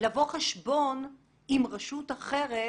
לבוא חשבון עם רשות אחרת